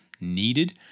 needed